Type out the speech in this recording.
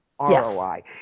ROI